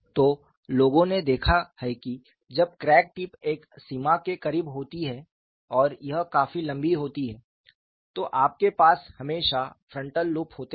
तो लोगों ने देखा है कि जब क्रैक टिप एक सीमा के करीब होती है और यह काफी लंबी होती है तो आपके पास हमेशा फ्रंटल लूप होते हैं